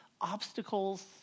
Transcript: obstacles